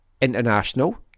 international